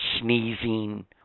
sneezing